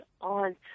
on